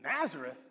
Nazareth